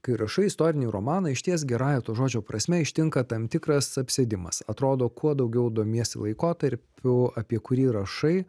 kai rašai istorinį romaną išties gerąja to žodžio prasme ištinka tam tikras apsėdimas atrodo kuo daugiau domiesi laikotarpiu apie kurį rašai